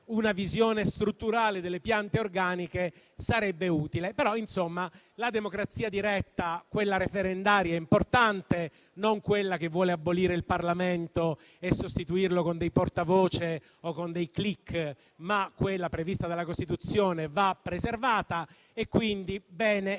una visione strutturale delle piante organiche sarebbe utile. Però, la democrazia diretta, quella referendaria, è importante, non quella che vuole abolire il Parlamento e sostituirlo con dei portavoce o con dei *click*, ma quella prevista dalla Costituzione va preservata e quindi è bene che si